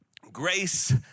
grace